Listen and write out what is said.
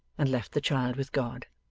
and left the child with god.